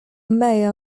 mayor